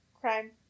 Crime